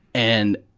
and,